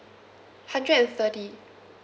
hundred and thirty